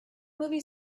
movie